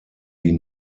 die